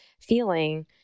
feeling